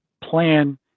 plan